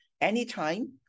anytime